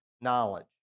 knowledge